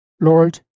Lord